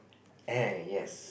eh yes